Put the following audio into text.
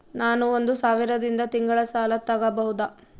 ನಾನು ಒಂದು ಸಾವಿರದಿಂದ ತಿಂಗಳ ಸಾಲ ತಗಬಹುದಾ?